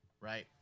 Right